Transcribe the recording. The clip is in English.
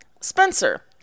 Spencer